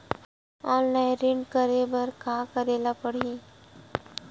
Online ऋण करे बर का करे ल पड़हि?